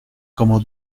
como